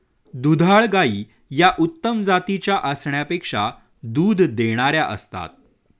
दुधाळ गायी या उत्तम जातीच्या असण्यापेक्षा दूध देणाऱ्या असतात